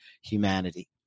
humanity